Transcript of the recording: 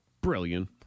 Brilliant